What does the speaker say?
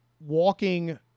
walking